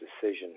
decision